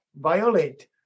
violate